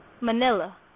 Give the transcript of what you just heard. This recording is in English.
Manila